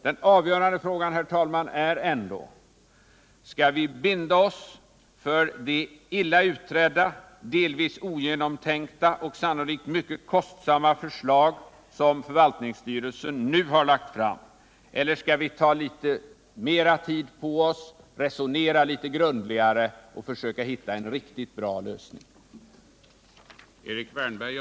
Den avgörande frågan, herr talman, är ändå: Skall vi binda oss för det illa utredda, delvis ogenomtänkta och sannolikt mycket kostsamma förslag som förvaltningsstyrelsen har lagt fram eller skall vi ta litet mera tid på oss, resonera litet grundligare och försöka hitta en riktigt bra lösning?